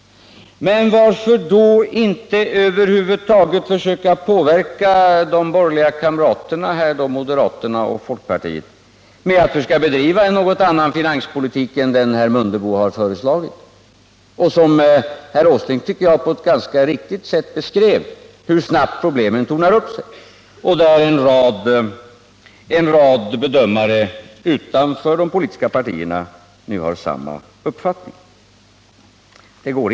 Men, herr Åsling, varför inte då försöka övertyga de borgerliga kamraterna inkl. folkpartiet om att man skall bedriva en något annan finanspolitik än den herr Mundebo har föreslagit och som herr Åsling på ett ganska riktigt sätt beskrev, när han visade hur snabbt problemen tornar upp sig? Där har nu en rad bedömare utanför de politiska partierna samma uppfattning.